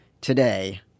today